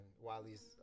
Wiley's